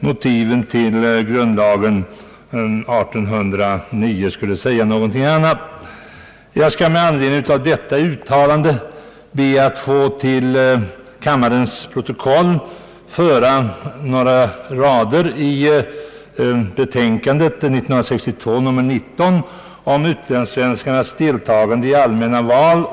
Motiven till 1809 års grundlag skulle säga något annat, om jag fattade uttalandet rätt. Jag skall med anledning av detta uttalande be att få till kammarens protokoll anteckna några rader ur betänkande nr 19 år 1962 om utlandssvenskars deltagande i allmänna val.